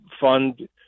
fund